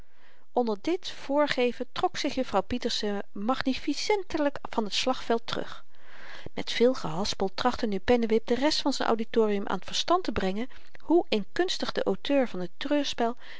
onder dit voorgeven trok zich juffrouw pieterse magnificentelyk van t slagveld terug met veel gehaspel trachtte nu pennewip de rest van z'n auditorium aan t verstand te brengen hoe inkunstig de auteur van het